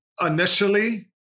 initially